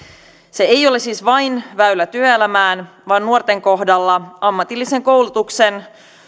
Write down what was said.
se ei ole siis vain väylä työelämään vaan nuorten kohdalla ammatillisen koulutuksen